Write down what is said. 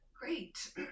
Great